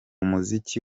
muziki